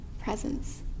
presence